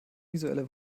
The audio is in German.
visuelle